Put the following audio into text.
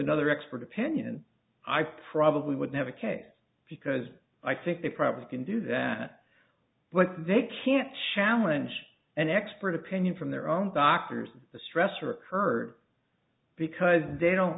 another expert opinion i probably would never case because i think they probably can do that but they can't challenge an expert opinion from their own doctors the stressor occurred because they don't